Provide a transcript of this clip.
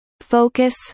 focus